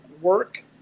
work